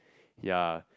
ya